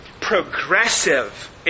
progressive